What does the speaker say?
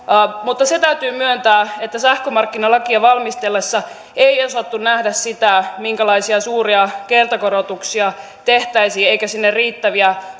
mutta se täytyy myöntää että sähkömarkkinalakia valmisteltaessa ei osattu nähdä sitä minkälaisia suuria kertakorotuksia tehtäisiin eikä sinne riittäviä